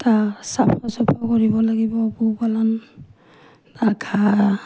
তাৰ চাফা চুফা কৰিব লাগিব পুহ পালন তাৰ ঘাঁহ